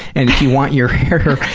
and if you want your hair,